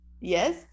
yes